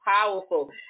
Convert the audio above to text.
powerful